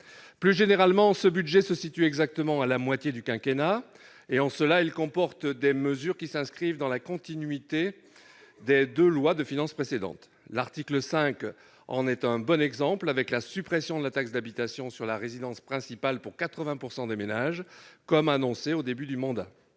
Plus généralement, ce budget se situe exactement à la moitié du quinquennat. De ce fait, il comporte des mesures s'inscrivant dans la continuité des deux lois de finances précédentes. L'article 5 en offre un bon exemple, avec la suppression de la taxe d'habitation sur la résidence principale pour 80 % des ménages, comme annoncé au début du mandat.